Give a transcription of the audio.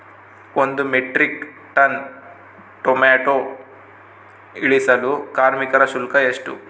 ಒಂದು metric ton tomato ಇಳಿಸಲು ಕಾರ್ಮಿಕರ ಶುಲ್ಕ ಎಷ್ಟು?